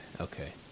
okay